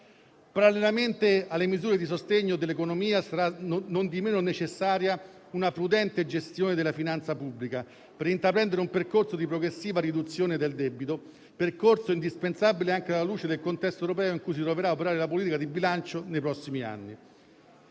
Parallelamente alle misure di sostegno dell'economia, è nondimeno necessaria una prudente gestione della finanza pubblica per intraprendere un percorso di progressiva riduzione del debito; percorso indispensabile anche alla luce del contesto europeo in cui si troverà ad operare la politica di bilancio nei prossimi anni.